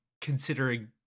considering